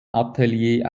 atelier